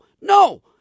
No